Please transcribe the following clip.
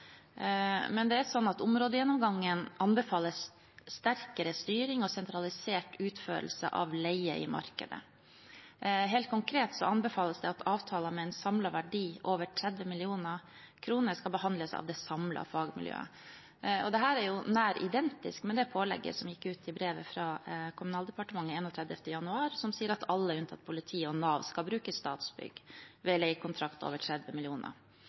Men det er sånn at områdegjennomgangen anbefaler sterkere styring og sentralisert utførelse av leie i markedet. Helt konkret anbefales det at avtaler med en samlet verdi over 30 mill. kr skal behandles av det samlede fagmiljøet. Dette er jo nær identisk med det pålegget som gikk ut i brevet fra Kommunaldepartementet 31. januar, som sier at alle unntatt politiet og Nav skal bruke Statsbygg ved leiekontrakter over 30